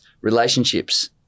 relationships